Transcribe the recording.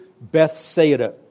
Bethsaida